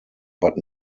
but